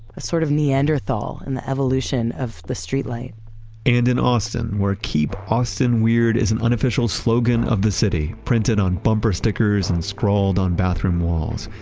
a sort of neanderthal in the evolution of the streetlight and in austin where keep austin weird is an unofficial slogan of the city printed on bumper stickers and scrolled on bathroom walls,